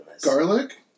Garlic